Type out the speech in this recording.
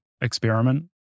experiment